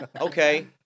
okay